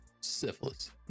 Syphilis